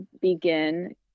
begin